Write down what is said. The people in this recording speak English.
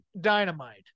Dynamite